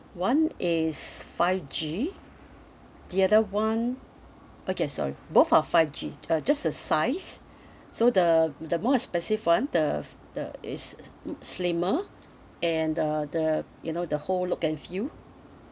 one is five G the other [one] okay sorry both are five G uh just the size so the the more expensive [one] the the is mm slimmer and the the you know the whole look and feel